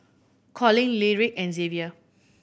Collin Lyric and Xavier